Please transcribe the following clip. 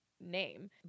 name